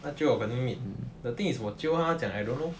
她 jio 我肯定 meet the thing is 我 jio 她她讲 I don't know